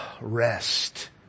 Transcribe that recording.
Rest